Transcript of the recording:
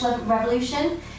Revolution